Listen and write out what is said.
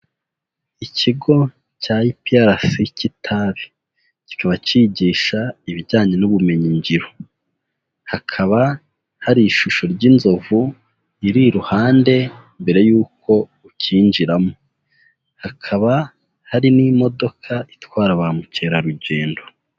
Ikigo cya IPRC Kitabi, kikaba cyigisha ibijyanye n'ubumenyingiro, hakaba hari ishusho ry'inzovu iri iruhande mbere y'uko ucyinjiramo, hakaba hari n'imodoka itwara ba mukerarugendo.